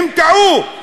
הם טעו,